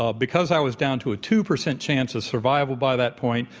ah because i was down to a two percent chance of survival by that point,